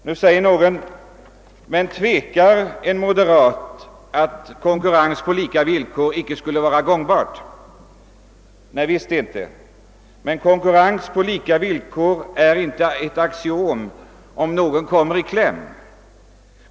Nu säger någon: Men tvekar en moderat om att konkurrens på lika villkor skulle vara gångbar? Nej, visst inte, men konkurrens på lika villkor är inte ett axiom om någon kommer i kläm.